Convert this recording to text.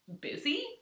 busy